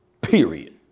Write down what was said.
Period